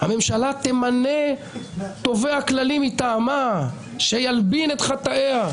הממשלה תמנה תובע כללי מטעמה שילבין את חטאיה.